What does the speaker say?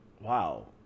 wow